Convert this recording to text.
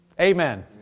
Amen